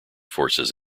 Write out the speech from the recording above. forces